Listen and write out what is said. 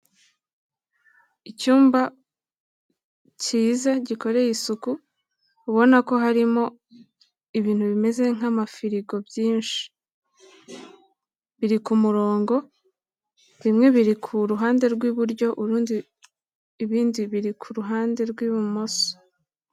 Icyumba cyiza gikoreye isuku, ubona ko harimo ibintu bimeze nk'amafirigo byinshi. Biri ku murongo, bimwe biri ku ruhande rw'iburyo, ibindi biri ku ruhande rw'ibumoso.